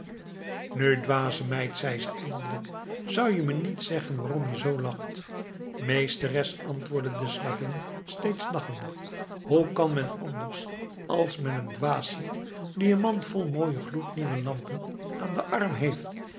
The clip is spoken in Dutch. nu dwaze meid zei ze eindelijk zou je me niet zeggen waarom je zoo lacht meesteres antwoordde de slavin steeds lachende hoe kan men anders als men een dwaas ziet die een mand vol mooie gloednieuwe lampen aan den arm heeft